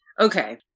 Okay